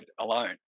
alone